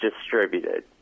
distributed